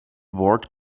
ward